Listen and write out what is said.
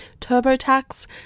TurboTax